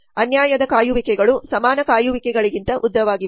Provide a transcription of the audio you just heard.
ಅನ್ಯಾಯದ ಕಾಯುವಿಕೆಗಳು ಸಮಾನ ಕಾಯುವಿಕೆಗಳಿಗಿಂತ ಉದ್ದವಾಗಿದೆ